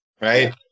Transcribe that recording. right